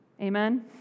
Amen